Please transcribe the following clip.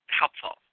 helpful